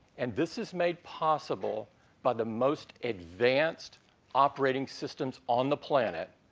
and this is made possible by the most advanced operating systems on the planet,